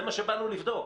זה מה שבאנו לבדוק.